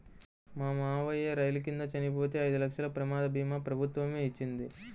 మా మావయ్య రైలు కింద చనిపోతే ఐదు లక్షల ప్రమాద భీమా ప్రభుత్వమే ఇచ్చింది